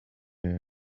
where